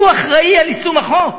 הוא אחראי ליישום החוק.